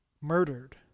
murdered